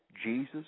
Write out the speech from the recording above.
Jesus